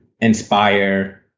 inspire